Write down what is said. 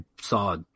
saw